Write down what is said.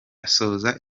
asoza